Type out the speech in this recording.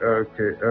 okay